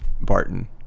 Barton